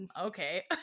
okay